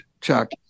Chuck